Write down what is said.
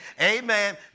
Amen